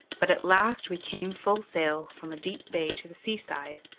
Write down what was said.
but at last we came full sail from a deep bay to the seaside,